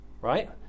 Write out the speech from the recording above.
right